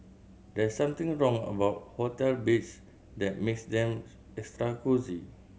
there's something wrong about hotel beds that makes them extra cosy